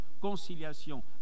conciliation